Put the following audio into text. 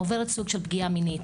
עוברת סוג של פגיעה מינית,